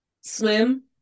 swim